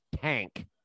tank